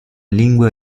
lingue